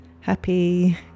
happy